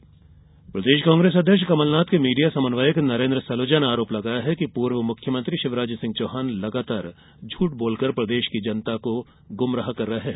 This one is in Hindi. कांग्रेस आरोप प्रदेश कांग्रेस अध्यक्ष कमलनाथ के मीडिया समन्वयक नरेन्द्र सलूजा ने आरोप लगाया है कि पूर्व मुख्यमंत्री शिवराज सिंह चौहान लगातार झूठ बोल कर प्रदेश की जनता को गुमराह कर रहे हैं